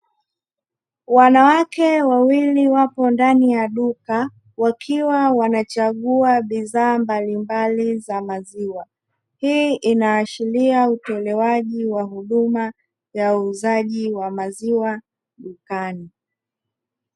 Wanawake wawili wako ndani ya duka wakiwa wanachagua bidhaa mbalimbali za maziwa. Hii inaashiria utolewaji wa huduma ya uuzaji wa maziwa dukani.